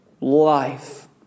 life